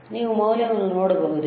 ನೀವು ಮೌಲ್ಯವನ್ನು ನೋಡಬಹುದೇ